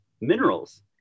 minerals